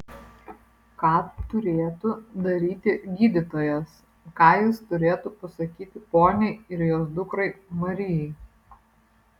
ką turėtų daryti gydytojas ką jis turėtų pasakyti poniai ir jos dukrai marijai